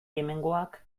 hemengoak